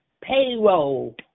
payroll